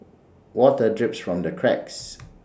water drips from the cracks